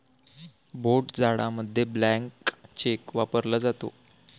भोट जाडामध्ये blank cheque वापरला जातो